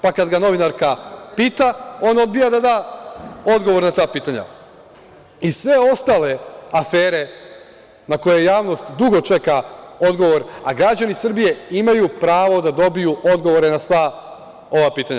Pa, kad ga novinarka pita, on odbija da da odgovor na ta pitanja i sve ostale afere na koje javnost dugo čeka odgovor, a građani Srbije imaju pravo da dobiju odgovore na sva ova pitanja.